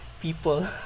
people